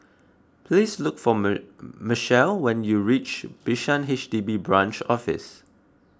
please look for Mechelle when you reach Bishan H D B Branch Office